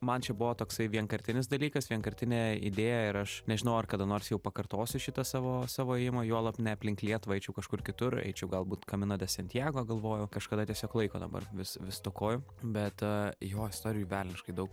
man čia buvo toksai vienkartinis dalykas vienkartinė idėja ir aš nežinau ar kada nors jau pakartosiu šitą savo savo ėjimą juolab ne aplink lietuvą eičiau kažkur kitur eičiau galbūt kamino de santjago galvoju kažkada tiesiog laiko dabar vis vis stokoju bet jo istorijų velniškai daug